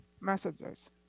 messages